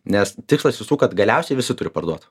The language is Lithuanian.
nes tikslas visų kad galiausiai visi turi parduot